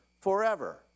forever